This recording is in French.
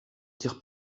tire